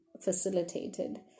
facilitated